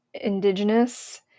indigenous